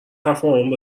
تفاهم